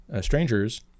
strangers